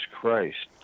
Christ